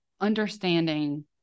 understanding